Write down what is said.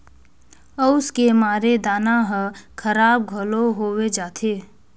अउस के मारे दाना हर खराब घलो होवे जाथे